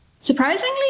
Surprisingly